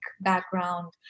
background